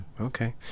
Okay